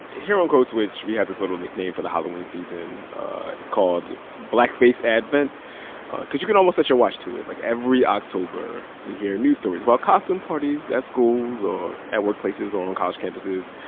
here on code switch, we have this little nickname for the halloween season it's called blackface advent because you can almost set your watch to it. like, every october, we hear news stories about costume parties at schools or at workplaces or on college campuses.